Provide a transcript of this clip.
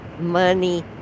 money